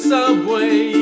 Subway